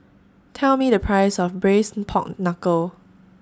Tell Me The Price of Braised Pork Knuckle